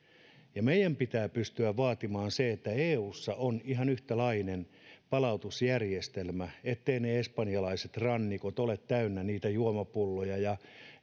meidän pitää pystyä vaatimaan sitä että eussa on ihan yhtäläinen palautusjärjestelmä etteivät espanjalaiset rannikot ole täynnä niitä juomapulloja ja